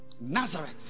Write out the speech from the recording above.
Nazareth